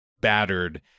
battered